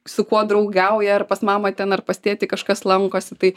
su kuo draugauja ar pas mamą ten ar pas tėtį kažkas lankosi tai